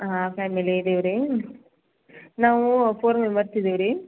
ಹಾಂ ಫ್ಯಾಮಿಲಿ ಇದೀವಿ ರೀ ನಾವು ಫೋರ್ ಮೆಂಬರ್ಸ್ ಇದೀವಿ ರೀ